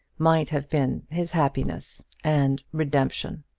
might have been his happiness and redemption.